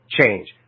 change